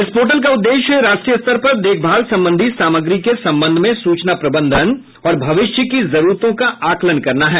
इस पोर्टल का उद्देश्य राष्ट्रीय स्तर पर देखभाल संबंधी सामग्री के संबंध में सूचना प्रबंधन और भविष्य की जरूरतों का आकलन करना है